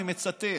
אני מצטט,